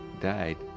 died